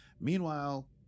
Meanwhile